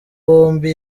bombi